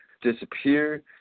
disappear